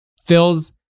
Phil's